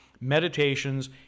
meditations